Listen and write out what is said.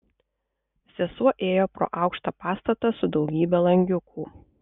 sesuo ėjo pro aukštą pastatą su daugybe langiukų